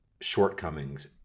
shortcomings